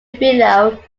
video